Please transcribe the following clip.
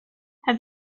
have